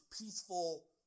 peaceful